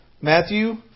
Matthew